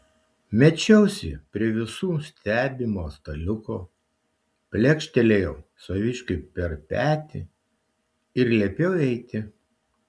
mečiausi prie visų stebimo staliuko plekštelėjau saviškiui per petį ir liepiau eiti